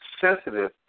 sensitive